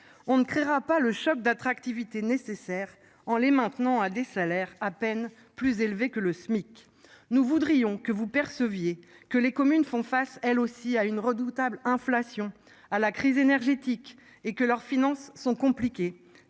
On ne créera pas le choc d'attractivité nécessaire en les maintenant à des salaires à peine plus élevés que le SMIC. Nous voudrions que vous pères soviets que les communes font face elle aussi à une redoutable inflation à la crise énergétique et que leurs finances sont compliquées.